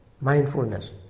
mindfulness